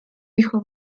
hijo